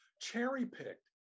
cherry-picked